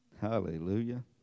Hallelujah